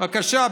בבקשה,